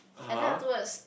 and then afterwards